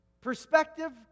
perspective